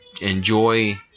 enjoy